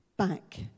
back